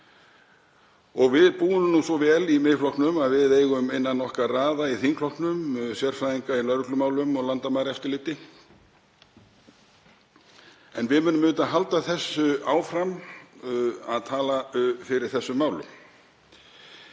Við búum svo vel í Miðflokknum að við eigum innan okkar raða í þingflokknum sérfræðinga í lögreglumálum og landamæraeftirliti. En við munum auðvitað halda áfram að tala fyrir þessum málum.